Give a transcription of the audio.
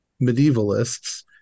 medievalists